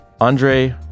Andre